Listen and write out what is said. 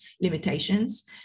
limitations